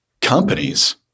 companies